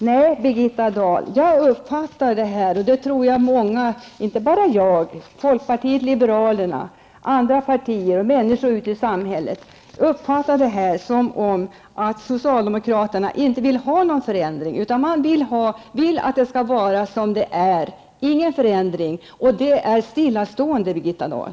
Nej, jag, folkpartiet liberalerna, andra partier och människor ute i samhället uppfattar nog det här, Birgitta Dahl, som om socialdemokraterna inte vill ha någon förändring, utan att de vill att det skall vara som det är. Det är stillastående, Birgitta Dahl.